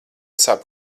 sāp